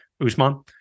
Usman